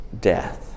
death